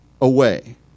away